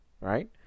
right